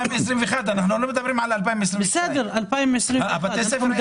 כל המיתוסים